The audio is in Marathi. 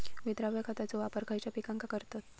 विद्राव्य खताचो वापर खयच्या पिकांका करतत?